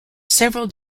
several